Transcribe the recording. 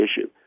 issue